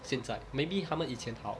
现在 maybe 他们以前好